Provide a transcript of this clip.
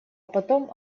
потом